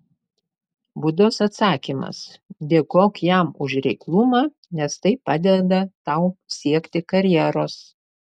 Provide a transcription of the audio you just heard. budos atsakymas dėkok jam už reiklumą nes tai padeda tau siekti karjeros